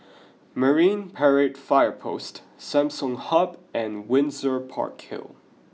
Marine Parade Fire Post Samsung Hub and Windsor Park Hill